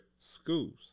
schools